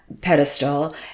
pedestal